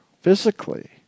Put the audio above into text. physically